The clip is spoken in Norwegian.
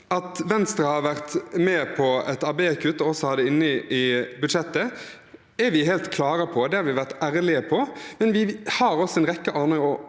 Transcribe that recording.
At Venstre har vært med på et ABE-kutt og også har det inne i budsjettet, er vi helt klare på. Det har vi vært ærlige på. Men vi har en rekke andre